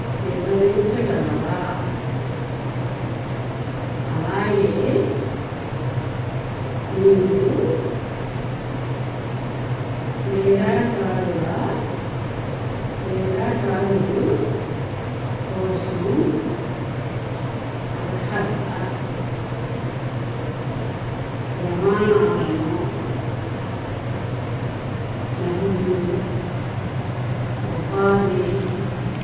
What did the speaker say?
వివరించగలరా అలాగే మీరు క్రీడాకారుల క్రీడాకారులు కోసం అర్హత ప్రమాణాలను మరియు ఉపాధి